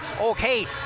okay